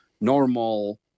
normal